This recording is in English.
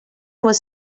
was